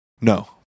No